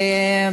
היושבת-ראש,